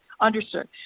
understood